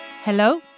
Hello